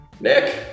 Nick